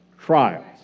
trials